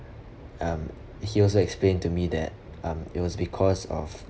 um he also explained to me that um it was because of